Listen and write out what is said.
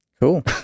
Cool